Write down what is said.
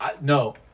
No